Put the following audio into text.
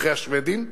אחרי השבדים.